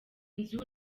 nzu